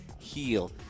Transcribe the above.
heal